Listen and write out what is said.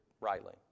rightly